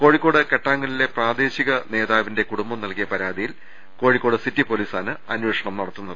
കോഴി ക്കോട് ് കെട്ടാങ്ങ ലിലെ പ്രാദേശിക നേതാവിന്റെ കൂടുംബം നൽകിയ പരാതിയിൽ കോഴി ക്കോട് സിറ്റി പൊലീസാണ് അന്വേഷണം നടത്തുന്നത്